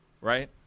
Right